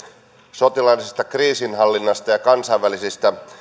sotilaallisesta kriisinhallinnasta ja kansainvälisistä